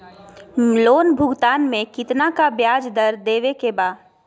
Loan भुगतान में कितना का ब्याज दर देवें के बा?